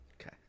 Okay